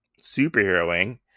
superheroing